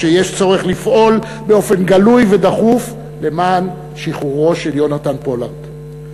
ויש לפעול באופן גלוי ודחוף למען שחרורו של יהונתן פולארד.